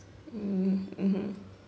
mm mmhmm